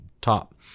Top